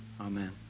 amen